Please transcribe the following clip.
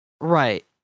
right